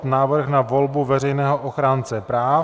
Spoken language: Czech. Návrh na volbu Veřejného ochránce práv